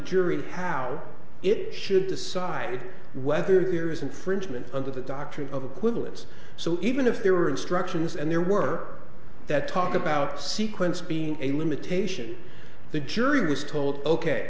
jury how it should decide whether there is infringement under the doctrine of equivalence so even if there were instructions and there were that talk about sequence being a limitation the jury was told ok